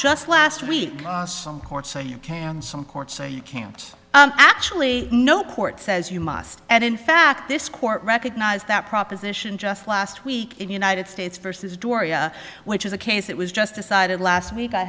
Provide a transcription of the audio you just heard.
just last week on some courts so you can some courts say you can't actually no court says you must and in fact this court recognized that proposition just last week in the united states versus doria which is a case that was just decided last week i